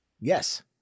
Yes